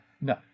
no